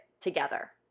together